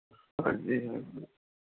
ਹਾਂਜੀ ਹਾਂਜੀ